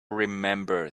remember